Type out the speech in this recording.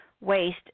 waste